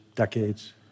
decades